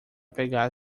pegar